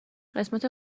قسمت